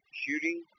shooting